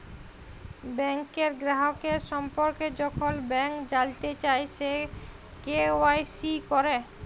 ব্যাংকের গ্রাহকের সম্পর্কে যখল ব্যাংক জালতে চায়, সে কে.ওয়াই.সি ক্যরা